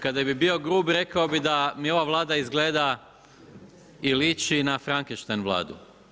Kada bi bio grub rekao bih da mi ova Vlada izgleda i liči na Frankenstein Vladu.